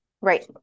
Right